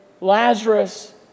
Lazarus